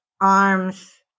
arms